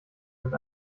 sind